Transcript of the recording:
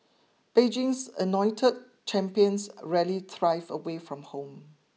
Beijing's anointed champions rarely thrive away from home